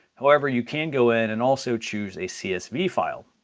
however you can go in and also choose a csv file.